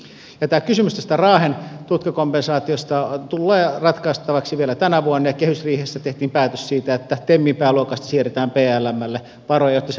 tämä kysymys tästä raahen tutkijakompensaatiosta tullee ratkaistavaksi vielä tänä vuonna ja kehysriihessä tehtiin päätös siitä että temin pääluokasta siirretään plmlle varoja jotta se voidaan hoitaa